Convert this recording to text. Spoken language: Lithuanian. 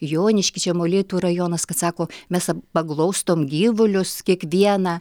jonišky čia molėtų rajonas kad sako mes paglostom gyvulius kiekvieną